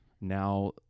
now